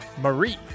Marie